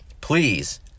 Please